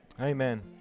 Amen